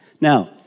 Now